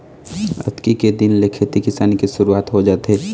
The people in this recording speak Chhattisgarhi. अक्ती के दिन ले खेती किसानी के सुरूवात हो जाथे